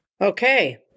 Okay